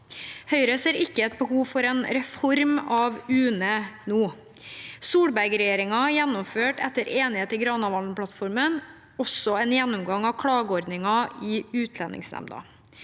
Høyre ser ikke et behov for en reform av UNE nå. Solberg-regjeringen gjennomførte etter enighet i Granavolden-plattformen også en gjennomgang av klageordningen i Utlendingsnemnda.